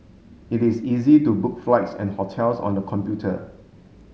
it is easy to book flights and hotels on the computer